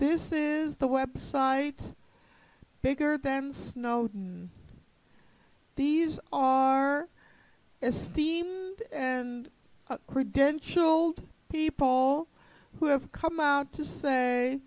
this is the web site bigger than snowden these are as steam and credentialed people who have come out to say